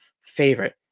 favorite